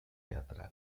teatrales